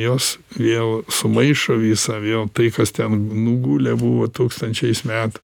jos vėl sumaišo visą vėl tai kas ten nugulę buvo tūkstančiais metų